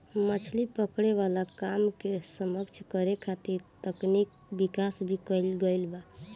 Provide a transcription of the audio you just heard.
मछली पकड़े वाला काम के सक्षम करे खातिर तकनिकी विकाश भी कईल गईल बा